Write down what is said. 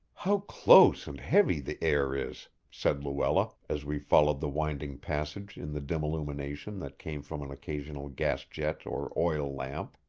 how close and heavy the air is! said luella, as we followed the winding passage in the dim illumination that came from an occasional gas-jet or oil lamp.